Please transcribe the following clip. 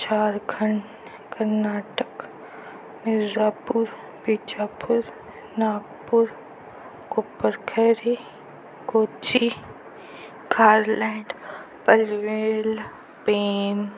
Jharkhand Karnataka Mirzapur Bijapur Nagpur Koparkhairi Kochi Kharland Panvel Pen